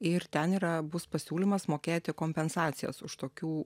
ir ten yra bus pasiūlymas mokėti kompensacijas už tokių